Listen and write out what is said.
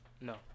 No